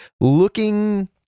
looking